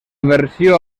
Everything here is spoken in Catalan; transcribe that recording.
versió